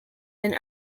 and